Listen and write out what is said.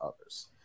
others